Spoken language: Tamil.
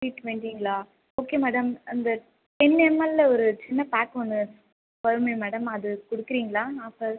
த்ரீ டுவெண்ட்டிங்களா ஓகே மேடம் அந்த டென் எம்எல்லில் ஒரு சின்ன பேக் ஒன்னு வருமே மேடம் அது கொடுக்குறீங்களா நாப்ப